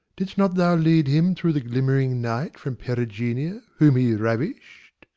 didst not thou lead him through the glimmering night from perigouna, whom he ravished?